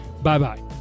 Bye-bye